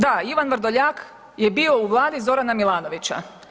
Da, Ivan Vrdoljak je bio u Vladi Zorana Milanovića.